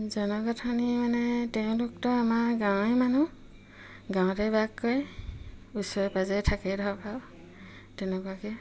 জনগাঁথনি মানে তেওঁলোকতো আমাৰ গাঁৱৰে মানুহ গাঁৱতে বাস কৰে ওচৰে পাজৰে থাকে ধৰক তেনেকুৱাকে